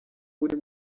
uri